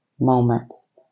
moments